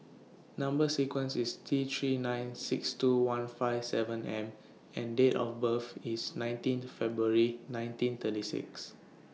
Number sequence IS T three nine six two one five seven M and Date of birth IS nineteenth February nineteen thirty six